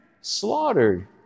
slaughtered